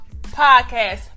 Podcast